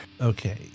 okay